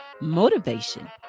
motivation